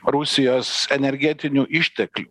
rusijos energetinių išteklių